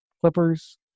Clippers